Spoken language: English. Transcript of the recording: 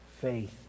faith